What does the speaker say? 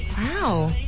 Wow